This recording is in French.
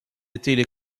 étaient